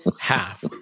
half